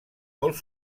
molt